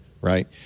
right